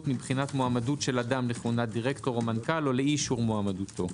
מבחינת מועמדות אדם לכהונת דירקטור או מנכ"ל או לאי אישור מועמדותו.